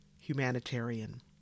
humanitarian